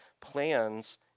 plans